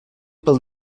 pel